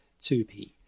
2P